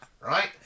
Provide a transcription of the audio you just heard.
right